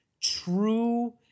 true